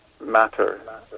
matter